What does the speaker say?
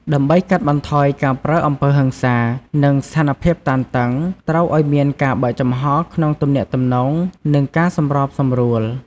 ដើម្បីកាត់បន្ថយការប្រើអំពើហិង្សា និងស្ថានភាពតានតឹង ត្រូវឲ្យមានការបើកចំហក្នុងទំនាក់ទំនង និងការសម្របសម្រួល។